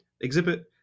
exhibit